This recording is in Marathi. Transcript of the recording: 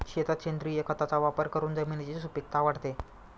शेतात सेंद्रिय खताचा वापर करून जमिनीची सुपीकता वाढते